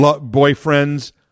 boyfriend's